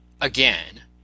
again